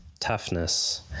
toughness